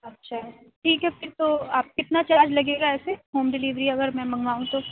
اچھا ہے ٹھیک ہے پھر تو آپ کتنا چارج لگے گا ایسے ہوم ڈیلیوری اگرمیں منگواؤں تو